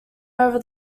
over